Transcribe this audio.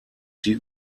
sie